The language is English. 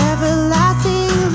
Everlasting